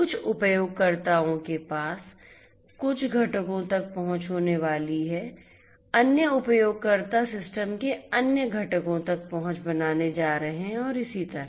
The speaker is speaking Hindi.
कुछ उपयोगकर्ताओं के पास कुछ घटकों तक पहुंच होने वाली है अन्य उपयोगकर्ता सिस्टम के अन्य घटकों तक पहुंच बनाने जा रहे हैं और इसी तरह